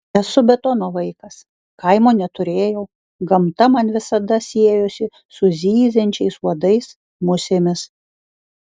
esu betono vaikas kaimo neturėjau gamta man visada siejosi su zyziančiais uodais musėmis